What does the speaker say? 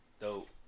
dope